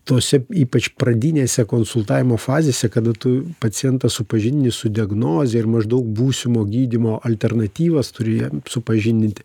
tose ypač pradinėse konsultavimo fazėse kada tu pacientą supažindini su diagnoze ir maždaug būsimo gydymo alternatyvas turi jam supažindinti